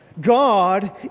God